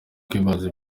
kwibaza